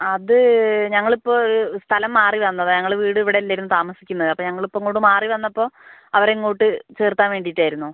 അത് ഞങ്ങള് ഇപ്പോൾ സ്ഥലം മറി വന്നതാണ് നമ്മള് വീട് ഇവിടെ അല്ലായിരുന്നു താമസിക്കുന്നത് അത് ഞങ്ങള് ഇപ്പോൾ ഇങ്ങോട്ട് മാറി വന്നപ്പോൾ അവരെ ഇങ്ങോട്ട് ചേർക്കാൻ വേണ്ടിട്ടായിരുന്നു